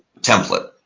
template